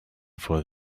for